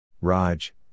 Raj